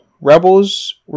rebels